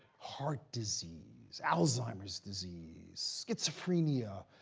heart disease, alzheimer's disease, schizophrenia,